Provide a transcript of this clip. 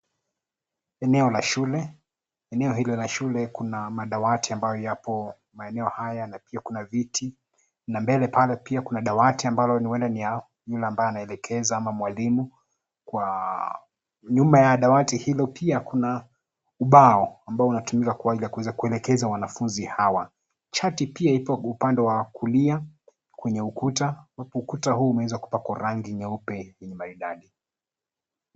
Eneo la shule. Eneo hilo la shule kuna madawati ambayo yapo maeneo haya na pia kuna viti na mbele pale pia kuna dawati ambalo huenda ni yule ambaye anaelekeza ama mwalimu. Kwa nyuma ya dawati hilo kuna ubao ambao unatumika kuelekeza wanafunzi hawa. Chati pia ioo upande wa kulia kwenye ukuta, ukuta huu umeweza kupakwa rangi nyeupe maridadi.